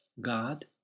God